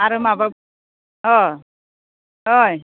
आरो माबा अ ओइ